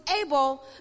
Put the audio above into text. able